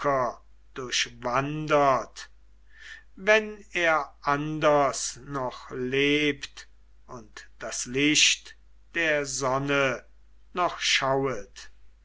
durchwandert wenn er anders noch lebt und das licht der sonne noch schauet